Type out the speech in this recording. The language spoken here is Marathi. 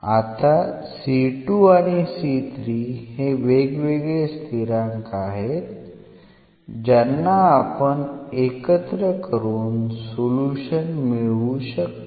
आता आणि हे वेगवेगळे स्थिरांक आहेत ज्यांना आपण एकत्र करून सोल्युशन मिळवू शकतो